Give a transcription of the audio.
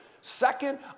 Second